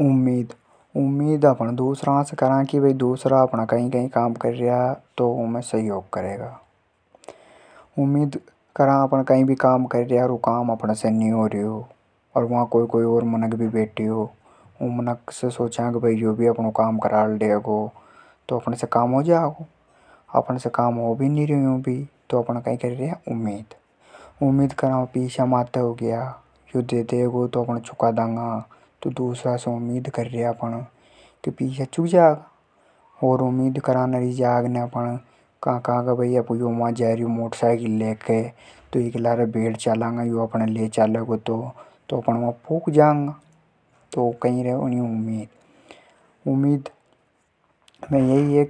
उम्मीद, उम्मीद अपण दूसरा से करा। के भई अपण कई कई काम कर्र्या। दूसरा उमे में सहयोग करेगा। उम्मीद करा अपण कई भी काम कर्र्या ऊ काम नी होर्यो। कोई आदमी सोडे़ बैठ्यो तो अपण सोचा के भई यो भी अपणो काम करा लेगो तो अपनो काम हो जागो। अपण से हो भी नी रयो। अपण कर्र्या उम्मीद। ओर उम्मीद करा अपण कोई आदमी कई जार्यो गाड़ी से तो अपण पुग जांगा । उम्मीद दूसरा से यही रेवे